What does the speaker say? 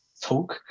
Talk